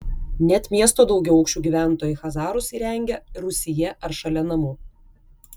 net miesto daugiaaukščių gyventojai chazarus įrengia rūsyje ar šalia namų